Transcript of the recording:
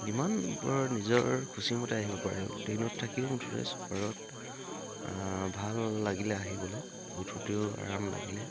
নিজৰ খুচিমতে আহিব পাৰে ট্ৰেইনত থাকিও মুঠতে ছুপাৰত ভাল লাগিলে আহিবলে উঠোঁতেও আৰাম লাগিলে